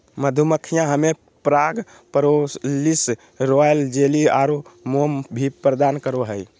मधुमक्खियां हमें पराग, प्रोपोलिस, रॉयल जेली आरो मोम भी प्रदान करो हइ